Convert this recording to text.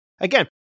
Again